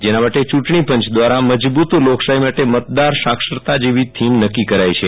જેના માટે યું ટણીપંચ દ્રારા મજબુત લોકશાહી માટે મતદાર સાક્ષરતા જેવી થીમ નક્કી કરા છે